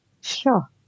sure